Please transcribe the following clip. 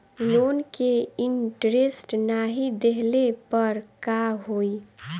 Loan के interest नाही देहले पर का होई?